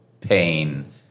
pain